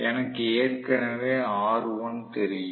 எனக்கு ஏற்கனவே ஆர் 1 தெரியும்